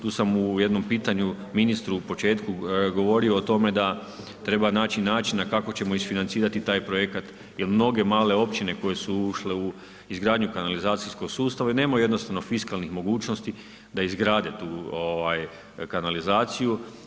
Tu sam u jednom pitanju ministru u početku govorio o tome da treba naći načina kako ćemo isfinancirati taj projekat jer mnoge male općine koje su ušle u izgradnju kanalizacijskog sustava nemaju jednostavno fiskalnih mogućnosti da izgrade tu kanalizaciju.